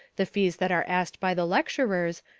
the fees that are asked by the lecturers,